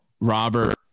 robert